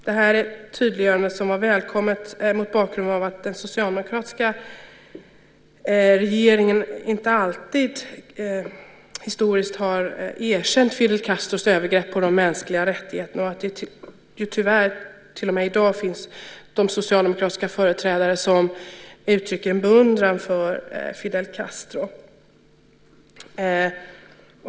Det var ett tydliggörande som var välkommet mot bakgrund av att den socialdemokratiska regeringen inte alltid historiskt har hållit med om att Fidel Castro begår övergrepp mot de mänskliga rättigheterna och att det tyvärr till och med i dag finns socialdemokratiska företrädare som uttrycker en beundran för Fidel Castro.